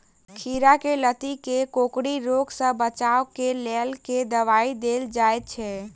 खीरा केँ लाती केँ कोकरी रोग सऽ बचाब केँ लेल केँ दवाई देल जाय छैय?